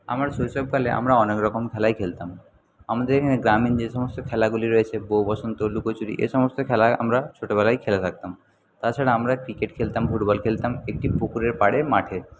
আমার শৈশবকালে আমরা অনেকরকম খেলাই খেলতাম আমাদের এখানে গ্রামীণ যে সমস্ত খেলাগুলি রয়েছে বৌ বসন্ত লুকোচুরি এই সমস্ত খেলা আমরা ছোটোবেলায় খেলে থাকতাম তাছাড়া আমরা ক্রিকেট খেলতাম ফুটবল খেলতাম একটি পুকুরের পারে মাঠে